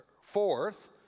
Fourth